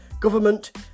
government